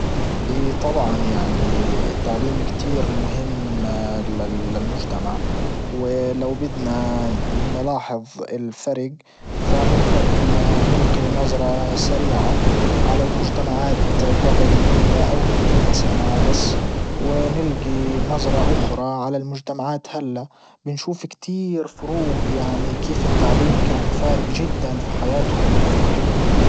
ايه طبعا يعني التعليم كتير مهم للمجتمع ولو بدنا نلاحظ الفرج فممكن نلقي نظرة سريعة على المجتمعات جبل مية او ميتين سنة بس ونلجي نظرة أخرى على المجتمعات هلأ بنشوف كتير فروج يعني كيف التعليم كان فارج جدا في حياتهم وفي راحتهم.